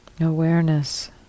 Awareness